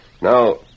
Now